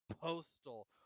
postal